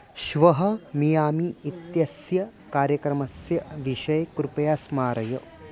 श्वः मियामि इत्यस्य कार्यक्रमस्य विषये कृपया स्मारय